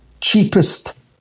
cheapest